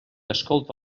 escolta